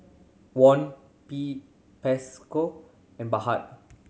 Won and Baht